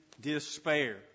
despair